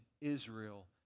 Israel